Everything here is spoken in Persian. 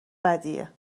بدیه